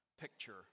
picture